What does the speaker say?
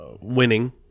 Winning